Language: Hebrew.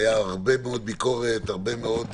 הייתה הרבה מאוד ביקורת, הרבה מאוד